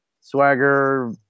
Swagger